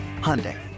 Hyundai